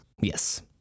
Yes